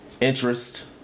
interest